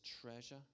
treasure